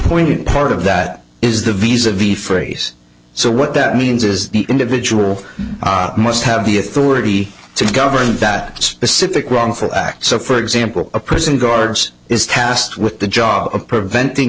poignant part of that is the visa vi phrase so what that means is the individual must have the authority to govern that specific wrongful act so for example a prison guards is tasked with the job of preventing